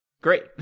great